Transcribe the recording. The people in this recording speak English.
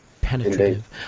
penetrative